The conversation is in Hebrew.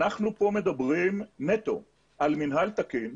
אנחנו פה מדברים נטו על מינהל תקין,